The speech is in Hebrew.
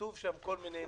כתובים שם כל מיני נושאים,